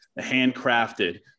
handcrafted